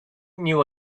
knew